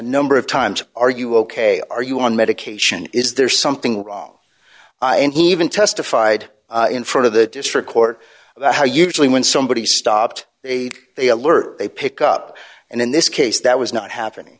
number of times are you ok are you on medication is there something wrong and even testified in front of the district court about how usually when somebody stopped they they alert they pick up and in this case that was not happening